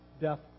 death